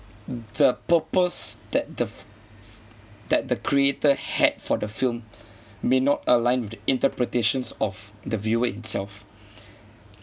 the purpose that the that the creator had for the film may not align with the interpretations of the viewer himself